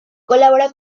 colabora